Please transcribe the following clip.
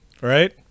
right